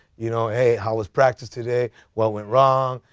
you know hey how was practice today, what went wrong?